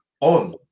on